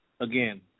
again